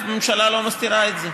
הממשלה לא מסתירה את זה.